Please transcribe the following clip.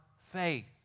faith